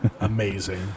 Amazing